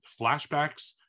flashbacks